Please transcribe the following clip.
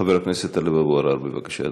חבר הכנסת טלב אבו עראר, בבקשה אדוני.